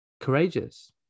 courageous